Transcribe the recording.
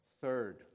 Third